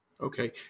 Okay